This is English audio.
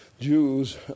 Jews